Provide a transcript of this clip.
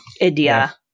India